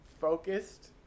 focused